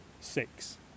six